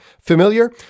familiar